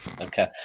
Okay